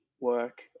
work